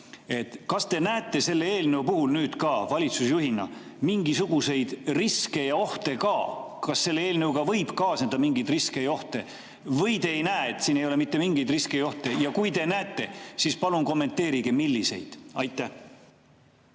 Kas te näete selle eelnõu puhul ka valitsusjuhina mingisuguseid riske ja ohte? Kas selle eelnõuga võib kaasneda mingeid riske ja ohte või te neid ei näe ja siin ei ole mitte mingeid riske ja ohte? Kui te näete, siis palun kommenteerige, milliseid. Aitäh!